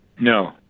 No